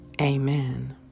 Amen